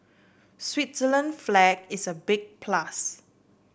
Switzerland flag is a big plus